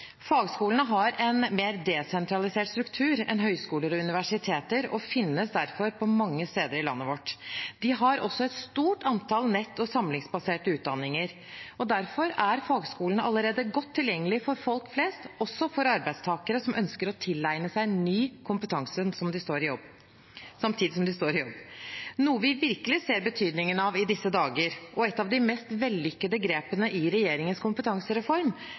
Fagskolene har en mer desentralisert struktur enn høyskoler og universiteter og finnes derfor på mange steder i landet vårt. De har også et stort antall nett- og samlingsbaserte utdanninger. Derfor er fagskolene allerede godt tilgjengelig for folk flest, også for arbeidstakere som ønsker å tilegne seg ny kompetanse samtidig som de står i jobb, noe vi virkelig ser betydningen av i disse dager. Et av de mest vellykkete grepene i regjeringens kompetansereform